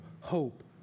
hope